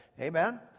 Amen